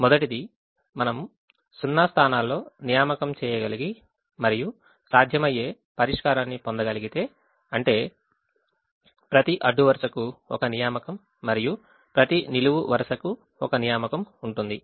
మొదటిది మనం సున్నా స్థానాల్లో నియామకం చేయగలిగి మరియు సాధ్యమయ్యే పరిష్కారాన్ని పొందగలిగితే అంటే ప్రతి అడ్డు వరుసకు ఒక నియామకం మరియు ప్రతి నిలువు వరుసకు ఒక నియామకం ఉంటుంది